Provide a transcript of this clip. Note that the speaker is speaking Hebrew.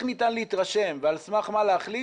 איך ניתן להתרשם ועל סמך מה להחליט